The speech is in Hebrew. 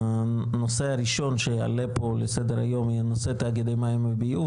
הנושא הראשון שהעלינו לסדר היום בנושא תאגידי מים וביוב,